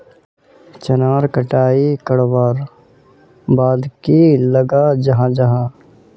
चनार कटाई करवार बाद की लगा जाहा जाहा?